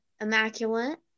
immaculate